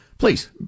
Please